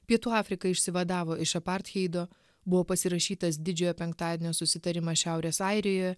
pietų afrika išsivadavo iš apartheido buvo pasirašytas didžiojo penktadienio susitarimas šiaurės airijo